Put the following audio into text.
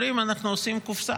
אומרים: אנחנו עושים קופסה.